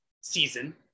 season